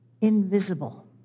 invisible